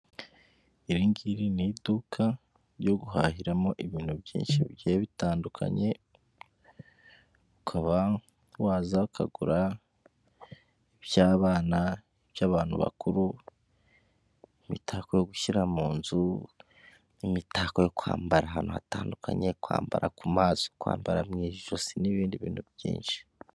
Iri ngiri n'iduka ryo guhahiramo ibintu byinshigiye bitandukanye, ukaba waza ukagura iby'abana, iby'abantu bakuru, imitako gushyira mu nzu, imitako yo kwambara ahantu hatandukanye; kwambara ku mazo, kwambara mu ijosi, n'ibindi bintu byinshi.